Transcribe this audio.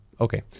okay